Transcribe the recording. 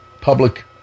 public